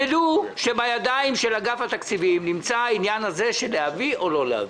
דעו שבידיים של אגף התקציבים נמצא העניין הזה של להביא או לא להביא.